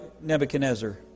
Nebuchadnezzar